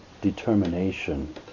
determination